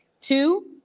Two